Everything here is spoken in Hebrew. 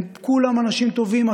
הם כולם אנשים טובים,